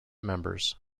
members